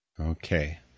Okay